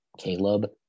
Caleb